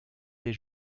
des